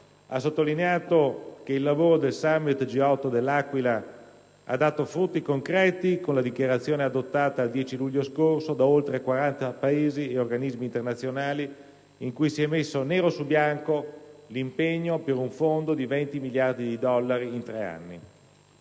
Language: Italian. ha sottolineato che il lavoro del *Summit* G8 dell'Aquila «ha dato frutti concreti con la dichiarazione adottata il 10 luglio scorso da oltre 40 Paesi e organismi internazionali», in cui si è messo «nero su bianco l'impegno per un fondo di 20 miliardi di dollari in tre anni».